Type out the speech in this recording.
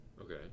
Okay